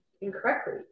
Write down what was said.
incorrectly